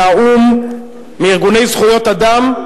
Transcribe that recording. מהאו"ם, מארגוני זכויות אדם,